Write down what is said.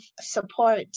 support